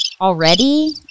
Already